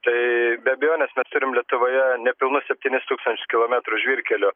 tai be abejonės mes turim lietuvoje nepilnus septynis tūkstančius kilometrų žvyrkelių